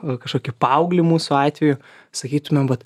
nu kažkokį paauglį mūsų atveju sakytumėm vat